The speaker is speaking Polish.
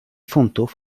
funtów